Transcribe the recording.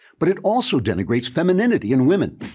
but it also denigrates femininity in women,